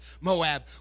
Moab